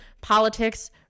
politics